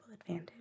advantage